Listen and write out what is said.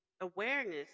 awareness